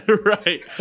right